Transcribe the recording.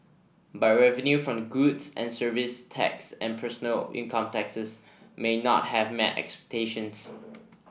but revenue from the goods and service tax and personal income taxes may not have met expectations